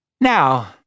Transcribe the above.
Now